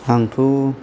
आंथ'